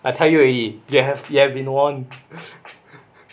I tell you already you have you have been warned